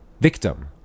victim